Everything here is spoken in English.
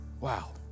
wow